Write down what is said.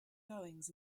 goings